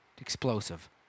explosive